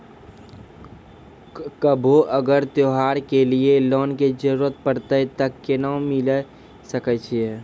कभो अगर त्योहार के लिए लोन के जरूरत परतै तऽ केना मिल सकै छै?